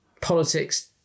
politics